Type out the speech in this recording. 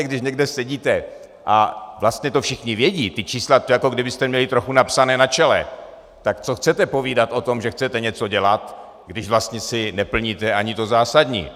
Když někde sedíte a vlastně to všichni vědí, ta čísla, to je, jako kdybyste měli trochu napsané na čele, tak co chcete povídat o tom, že chcete něco dělat, když vlastně si neplníte ani to zásadní?